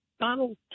Donald